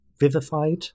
vivified